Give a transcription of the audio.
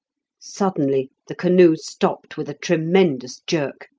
suddenly the canoe stopped with a tremendous jerk,